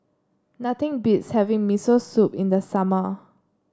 nothing beats having Miso Soup in the summer